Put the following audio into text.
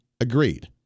agreed